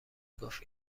گفت